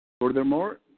Furthermore